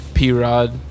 P-Rod